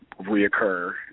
reoccur